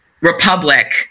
republic